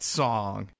song